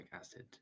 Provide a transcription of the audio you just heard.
acid